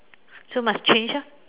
so must change orh